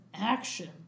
action